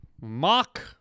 mock